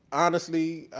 honestly,